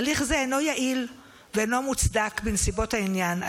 הליך זה אינו יעיל ואינו מוצדק בנסיבות העניין.